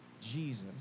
Jesus